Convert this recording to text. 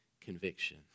conviction